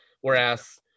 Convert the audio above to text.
Whereas